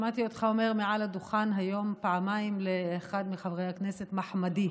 שמעתי אותך אומר מעל לדוכן היום פעמיים לאחד מחברי הכנסת "מחמדי".